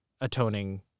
atoning